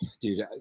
Dude